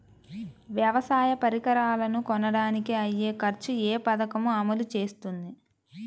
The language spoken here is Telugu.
వ్యవసాయ పరికరాలను కొనడానికి అయ్యే ఖర్చు ఏ పదకము అమలు చేస్తుంది?